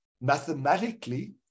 mathematically